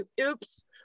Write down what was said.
oops